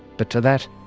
but to that,